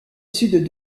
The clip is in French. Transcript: sud